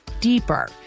deeper